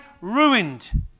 ruined